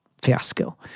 fiasco